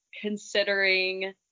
considering